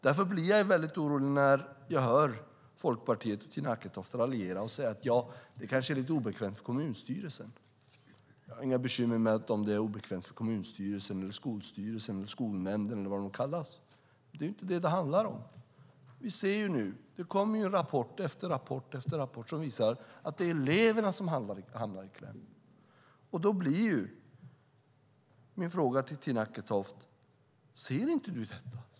Därför blir jag väldigt orolig när jag hör Folkpartiet och Tina Acketoft raljera och säga att det kanske är lite obekvämt för kommunstyrelsen. Jag har inga bekymmer med att det är obekvämt för kommunstyrelsen, skolstyrelsen, skolnämnden eller vad de nu kallas. Det är inte vad det handlar om. Det kommer rapport efter rapport som visar att det är eleverna som hamnar i kläm. Då blir min fråga till Tina Acketoft: Ser du inte detta?